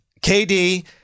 KD